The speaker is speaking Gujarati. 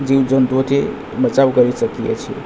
જીવજંતુઓથી બચાવ કરી શકીએ છીએ